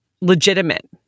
legitimate